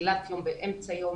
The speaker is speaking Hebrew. בתחילת יום ובאמצע יום.